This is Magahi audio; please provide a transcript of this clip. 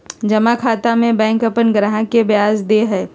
जमा खाता में बैंक अपन ग्राहक के ब्याज दे हइ